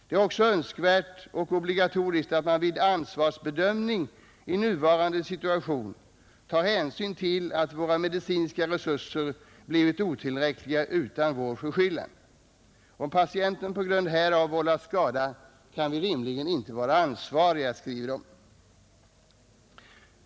Det är också önskvärt — och obligat — att man vid ansvarsbedömning i nuvarande situation tar hänsyn till att våra medicinska resurser blivit otillräckliga utan vår förskyllan. Om patienten på grund härav vållas skada kan vi rimligen inte vara ansvariga.